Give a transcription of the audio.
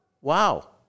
wow